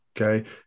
okay